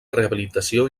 rehabilitació